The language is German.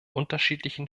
unterschiedlichen